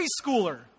preschooler